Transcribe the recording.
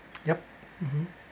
yup mmhmm